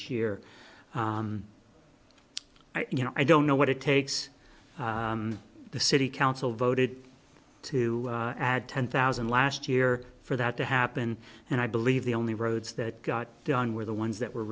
year you know i don't know what it takes the city council voted to add ten thousand last year for that to happen and i believe the only roads that got done were the ones that were